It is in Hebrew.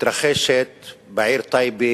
מתרחשת בעיר טייבה